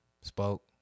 Spoke